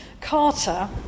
Carter